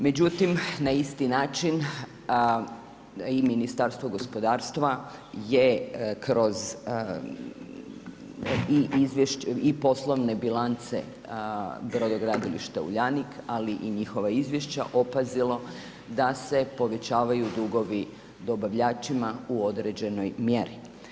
Međutim, na isti način i Ministarstvo gospodarstva je kroz i poslovne bilance brodogradilišta Uljanik ali i njihova izvješća opazilo da se povećavaju dugovi dobavljačima u određenoj mjeri.